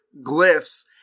glyphs